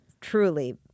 truly